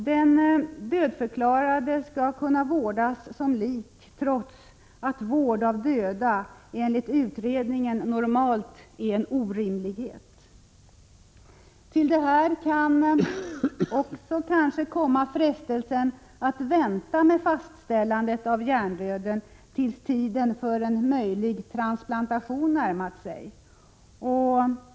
Den dödförklarade skall kunna vårdas som lik, trots att vård av döda enligt utredningen normalt är en orimlighet. Till detta kan kanske också komma frestelsen att vänta med fastställandet av hjärndöden tills tiden för en möjlig transplantation närmat sig.